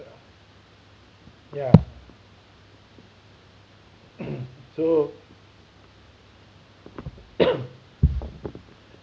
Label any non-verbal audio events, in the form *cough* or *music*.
ya *noise* so *coughs*